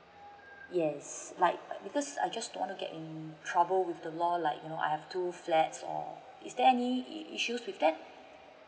yes like because I just don't want to get in trouble with the law like you know I've two flats or is there any issues with that